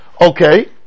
Okay